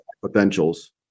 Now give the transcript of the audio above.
Potentials